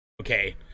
okay